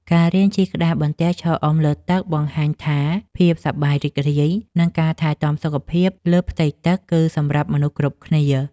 ការរៀនជិះក្តារបន្ទះឈរអុំលើទឹកបានបង្ហាញថា ភាពសប្បាយរីករាយ និងការថែទាំសុខភាពលើផ្ទៃទឹក គឺសម្រាប់មនុស្សគ្រប់គ្នា។